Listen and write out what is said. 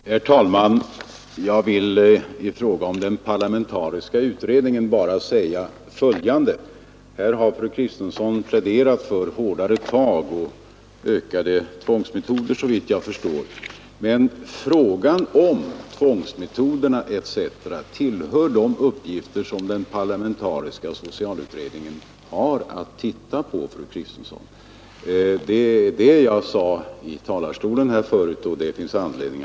Herr talman! I fråga om den parlamentariska utredningen vill jag bara säga följande: Här har fru Kristensson pläderat för hårdare tag och såvitt jag förstår ökade tvångsmetoder. Men frågan om frivillighet och tvång etc. tillhör de uppgifter som den parlamentariska socialutredningen har att pröva. Hårdare tag, fru Kristensson.